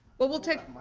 but we'll take